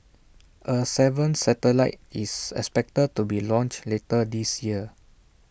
A seventh satellite is expected to be launched later this year